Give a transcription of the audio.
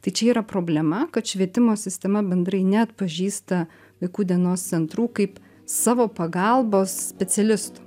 tai čia yra problema kad švietimo sistema bendrai neatpažįsta vaikų dienos centrų kaip savo pagalbos specialistų